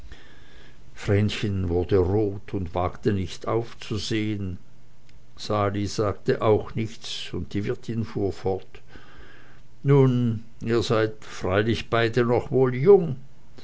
vrenchen wurde rot und wagte nicht aufzusehen sali sagte auch nichts und die wirtin fuhr fort nun ihr seid freilich beide noch wohl jung